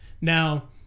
Now